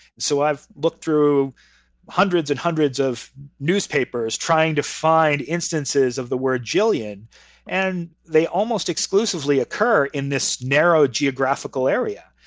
so i've looked through hundreds and hundreds of newspapers trying to find instances of the word jillion and they almost exclusively occur in this narrow geographical area.